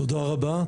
תודה רבה,